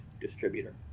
distributor